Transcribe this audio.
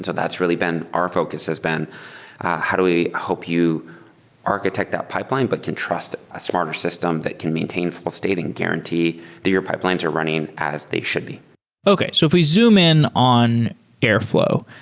so that's really been our focus has been how do we hope you architect that pipeline but can trust a smarter system that can maintain full state and guarantee that your pipelines are running as they should be okay. so if we zoom in on airfl ow,